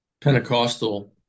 Pentecostal